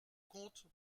compte